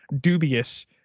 dubious